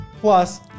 Plus